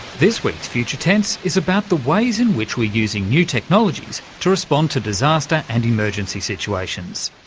this week's future tense is about the ways in which we're using new technologies to respond to disaster and emergency situations.